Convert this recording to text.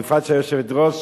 בפרט שהיושבת-ראש,